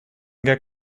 get